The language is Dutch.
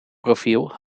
profiel